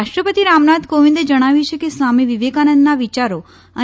રાષ્ટ્રપતિ રામનાથ કોંવિદે જણાવ્યું છે કે સ્વામી વિવેકાનંદના વિચારો અને